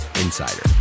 insider